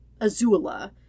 Azula